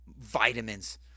vitamins